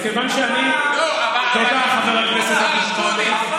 חבר הכנסת אבו שחאדה.